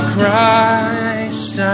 Christ